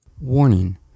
Warning